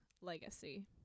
Legacy